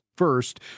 First